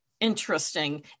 interesting